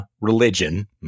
religion